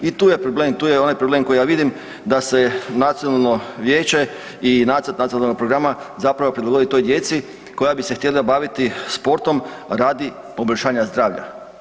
I tu je problem, tu je onaj problem koji ja vidim da se u nacionalno vijeće i nacrt nacionalnog programa zapravo prilagodi toj djeci koja bi se htjela baviti sportom radi poboljšanja zdravlja.